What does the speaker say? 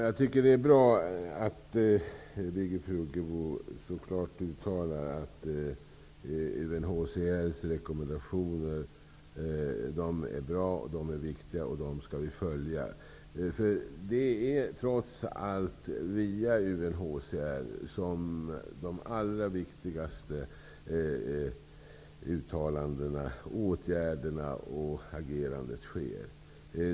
Herr talman! Det är bra att Birgit Friggebo så klart uttalar att UNHCR:s rekommendationer är bra och viktiga och att vi skall följa dem. Det är trots allt via UNHCR som de allra viktigaste uttalandena, åtgärderna och agerandet sker.